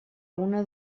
una